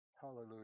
Hallelujah